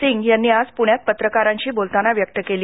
सिंग यांनी आज पुण्यात पत्रकारांशी बोलताना व्यक्त केली